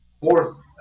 fourth